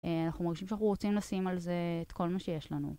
אנחנו מרגישים שאנחנו רוצים לשים על זה את כל מה שיש לנו.